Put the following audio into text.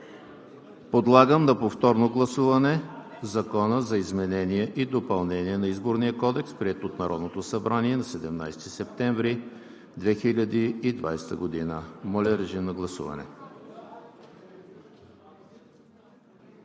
Подлагам на повторно гласуване Закона за изменение и допълнение на Изборния кодекс, приет от Народното събрание на 17 септември 2020 г. Гласували